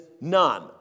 none